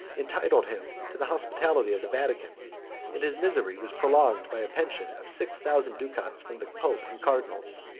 entitled him to the hospitality of the vatican and his misery was prolonged by a pension of six thousand ducats from the pope and cardinals.